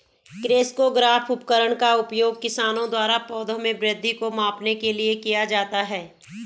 crescograph उपकरण का उपयोग किसानों द्वारा पौधों में वृद्धि को मापने के लिए किया जाता है